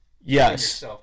yes